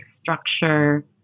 structure